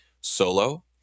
solo